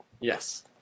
Yes